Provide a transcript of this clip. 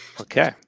Okay